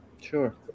Sure